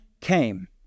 came